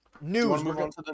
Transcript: News